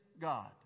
God